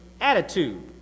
attitude